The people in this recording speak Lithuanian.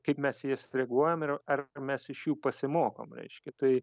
kaip mes į jas reaguojam ir ar mes iš jų pasimokom reiškia tai